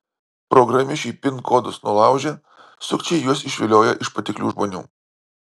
programišiai pin kodus nulaužia sukčiai juos išvilioja iš patiklių žmonių